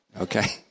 Okay